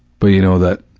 but you know that,